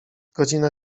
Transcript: godzina